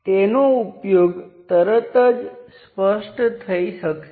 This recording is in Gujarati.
અને આનો ઉપયોગ ખૂબ જ વ્યાપકપણે થાય છે